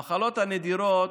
המחלות הנדירות,